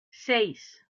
seis